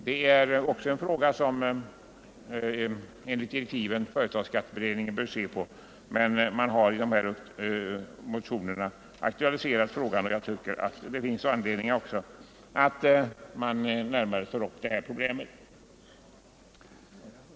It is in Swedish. Det är också en fråga som enligt direktiven företagsskatteberedningen bör se på, men man har i dessa motioner aktualiserat frågan, och jag tycker att det finns anledning att närmare ta upp det här problemet.